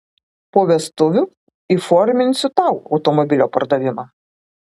po vestuvių įforminsiu tau automobilio pardavimą